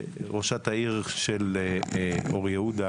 ראשת העיר של אור יהודה,